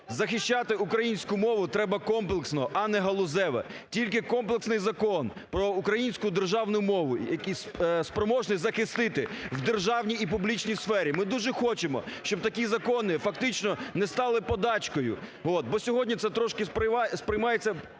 захищати українську мову треба комплексно, а не галузево. Тільки комплексний Закон про українську державну мову, який спроможний захистити в державній і публічній сфері. (Оплески) Ми дуже хочемо, щоб такі закони фактично не стали подачкою, от, бо сьогодні це трошки сприймається